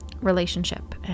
relationship